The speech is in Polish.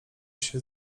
się